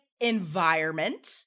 environment